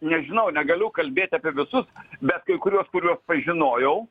nežinau negaliu kalbėt apie visus bet kai kuriuos kuriuos pažinojau